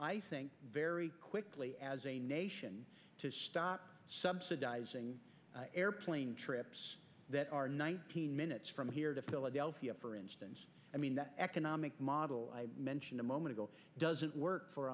very as a nation to stop subsidizing airplane trips that are nineteen minutes from here to philadelphia for instance i mean the economic model i mentioned a moment ago doesn't work for